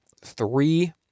three